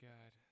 God